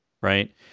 right